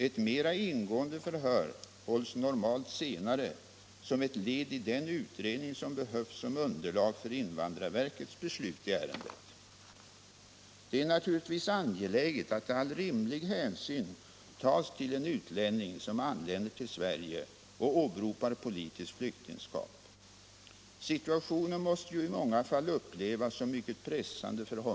Ett mera ingående förhör hålls normalt senare som ett led i den utredning som behövs som underlag för invandrar = Nr 57 verkets beslut I Seger d Torsdagen den Det är naturligtvis angeläget att all rimlig hänsyn tas till en utlänning 20 januari 1977 som anländer till Sverige och åberopar politiskt flyktingskap. Situationen LL måste ju i många fall upplevas som mycket pressande för honom.